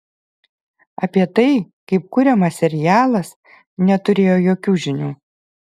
apie tai kaip kuriamas serialas neturėjo jokių žinių